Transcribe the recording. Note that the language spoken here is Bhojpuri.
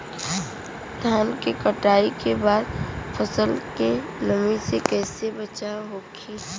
धान के कटाई के बाद फसल के नमी से कइसे बचाव होखि?